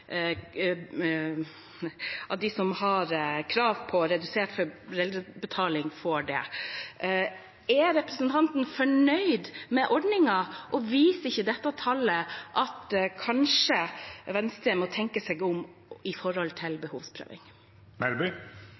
krav på redusert foreldrebetaling, får det. Er representanten fornøyd med ordningen? Viser ikke dette tallet at Venstre kanskje må tenke seg om